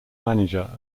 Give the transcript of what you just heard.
manager